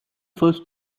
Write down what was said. first